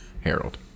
Harold